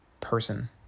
person